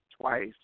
twice